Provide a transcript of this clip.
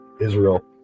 Israel